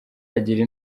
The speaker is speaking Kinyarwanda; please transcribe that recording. agira